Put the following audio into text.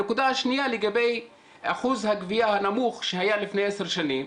הנקודה השנייה לגבי אחוז הגבייה הנמוך שהיה לפני עשר שנים.